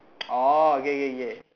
oh okay okay okay